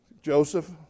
Joseph